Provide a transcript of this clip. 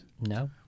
No